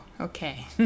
okay